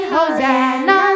Hosanna